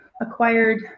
acquired